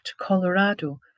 Colorado